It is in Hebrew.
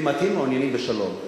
שאם אתם מעוניינים בשלום,